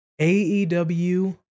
AEW